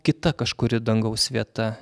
kita kažkuri dangaus vieta